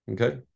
Okay